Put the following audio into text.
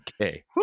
Okay